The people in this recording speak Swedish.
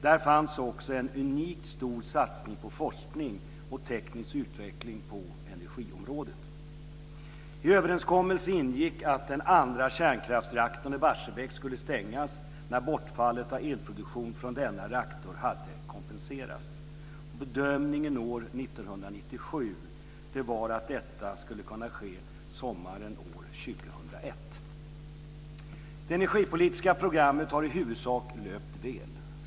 Där fanns också en unikt stor satsning på forskning och teknisk utveckling på energiområdet. I överenskommelsen ingick att den andra känkraftsreaktorn i Barsebäck skulle stängas när bortfallet av elproduktion från denna reaktor hade kompenserats. Bedömningen år 1997 var att detta skulle kunna ske sommaren år 2001. Det energipolitiska programmet har i huvudsak löpt väl.